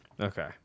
Okay